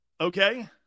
Okay